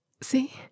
See